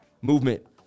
movement